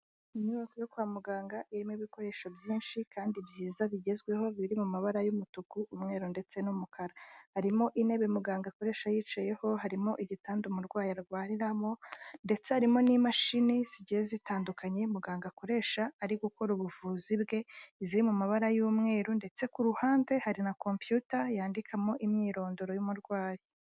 Inyubako yo kwa muganga irimo ibikoresho byinshi kandi byiza bigezweho, biri mu mabara y'umutuku, umweru ndetse n'umukara. Harimo intebe muganga akoresha yicayeho, harimo igitanda umurwayi arwariramo, ndetse harimo n'imashini zigiye zitandukanye muganga akoresha ari gukora ubuvuzi bwe, ziri mu mabara y'umweru, ndetse ku ruhande hari na kompiyuta yandikamo imyirondoro y'umurwayi.